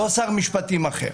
לא שר משפטים אחר.